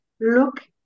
look